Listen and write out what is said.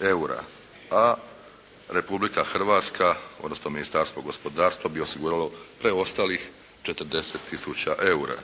eura. A Republika Hrvatska, odnosno Ministarstvo gospodarstva bi osiguralo preostalih 40 tisuća eura.